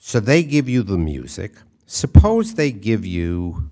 so they give you the music suppose they give you